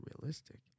realistic